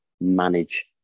manage